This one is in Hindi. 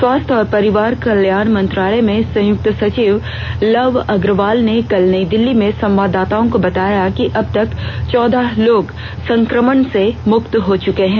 स्वास्थ्य और परिवार कल्याण मंत्रालय में संयुक्त सचिव लव अग्रवाल ने कल नई दिल्ली में संवाददाताओं को बताया कि अब तक चौदह लोग संक्रमण से मुक्त हो चुके हैं